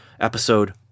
episode